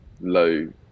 low